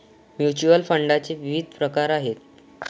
mutual फंडाचे विविध प्रकार आहेत